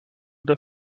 the